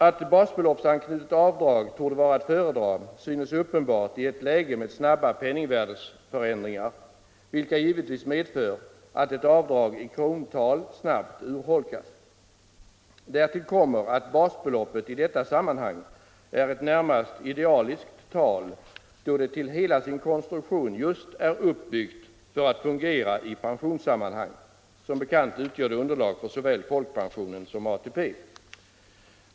Att basbeloppsanknutet avdrag torde vara att föredra synes uppenbart i ett läge med snabba penningvärdeförändringar, vilka givetvis medför att ett avdrag i krontal snabbt urholkas. Därtill kommer att basbeloppet i detta sammanhang är ett närmast idealiskt tal, då det till hela sin konstruktion just är uppbyggt för att fungera i pensionssammanhang. Som bekant utgör det underlag för såväl folkpensionen som ATP.